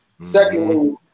Secondly